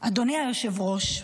אדוני היושב-ראש,